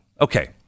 Okay